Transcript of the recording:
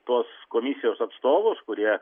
tos komisijos atstovus kurie